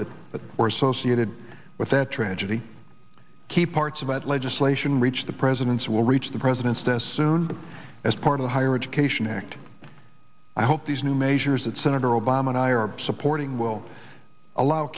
that were associated with that tragedy key parts about legislation reach the president's will reach the president's desk soon as part of the higher education act i hope these new measures that senator obama and i are supporting will allow